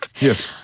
Yes